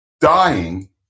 dying